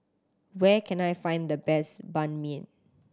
where can I find the best Banh Mi